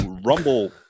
Rumble